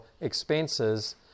expenses